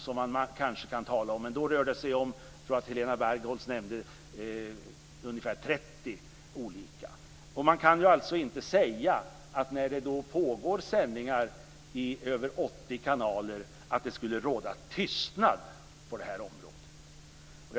Jag tror att Helena Bargholz nämnde att det då rör sig om ungefär 30 olika tillstånd. När det pågår sändningar i över 80 kanaler kan man inte säga att det skulle råda tystnad på detta område.